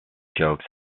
jokes